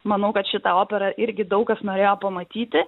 manau kad šitą operą irgi daug kas norėjo pamatyti